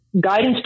guidance